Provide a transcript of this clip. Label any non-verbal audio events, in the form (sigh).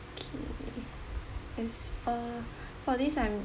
okay as per (breath) for this I'm